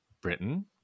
Britain